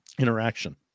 interaction